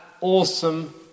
awesome